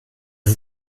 ist